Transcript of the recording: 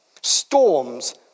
Storms